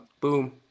Boom